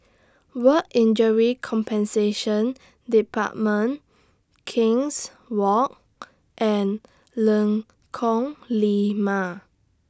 Work Injury Compensation department King's Walk and Lengkong Lima